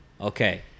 Okay